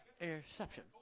Interception